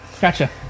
Gotcha